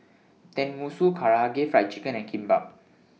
Tenmusu Karaage Fried Chicken and Kimbap